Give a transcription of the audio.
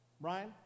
Brian